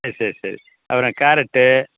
சரி சரி சரி அப்புறம் கேரட்